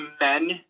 men